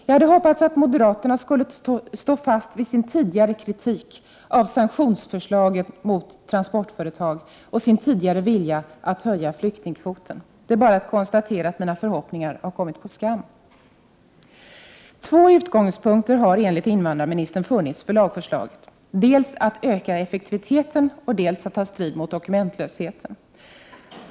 Jag hade hoppats att moderaterna skulle stå fast vid sin tidigare kritik av förslag om sanktioner mot transportföretag och sin tidigare vilja att höja flyktingkvoten. Det är bara att konstatera att mina förhoppningar har kommit på skam. Två utgångspunkter har enligt invandrarministern funnits för lagförslaget: dels att öka effektiviteten, dels att ta strid mot dokumentlösheten.